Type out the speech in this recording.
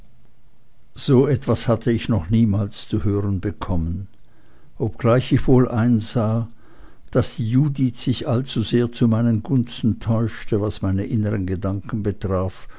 so etwas hatte ich noch niemals zu hören bekommen obgleich ich wohl einsah daß die judith sich allzusehr zu meinen gunsten täuschte was meine inneren gedanken betraf